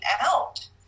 out